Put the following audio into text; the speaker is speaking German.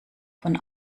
von